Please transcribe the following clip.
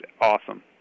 awesome